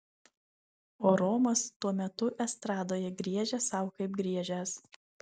o romas tuo metu estradoje griežė sau kaip griežęs